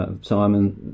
Simon